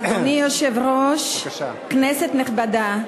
אדוני היושב-ראש, כנסת נכבדה,